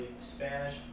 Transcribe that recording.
Spanish